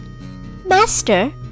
Master